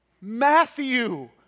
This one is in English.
Matthew